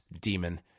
demon